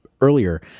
earlier